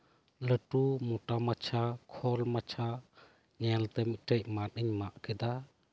ᱞᱟᱹᱴᱩ ᱢᱚᱴᱟ ᱢᱟᱪᱷᱟ ᱠᱷᱚᱞ ᱢᱟᱪᱷᱟ ᱧᱮᱞᱛᱮ ᱢᱤᱫᱴᱟᱱ ᱢᱟᱫ ᱤᱧ ᱢᱟᱜ ᱠᱮᱫᱟ